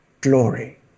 glory